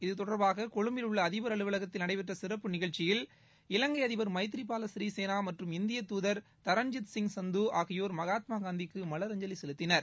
இதுதொடர்பாக கொழும்பில் உள்ள அதிபர் அலுவலகத்தில் நடைபெற்ற சிறப்பு நிகழ்ச்சியில் இலங்கை அதிபர் மைத்ரி பாலா சிறிசேனா மற்றும் இந்திய துதர் தரண்ஜித் சிங் சந்து ஆகியோர் மகாத்மா காந்திக்கு மலரஞ்சலி செலுத்தினர்